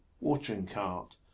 watering-cart